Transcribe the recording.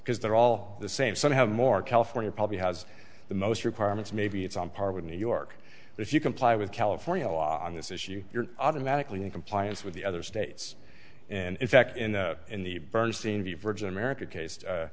because they're all the same some have more california probably has the most requirements maybe it's on par with new york if you comply with california law on this issue you're automatically in compliance with the other states and in fact in the bernstein v virgin america case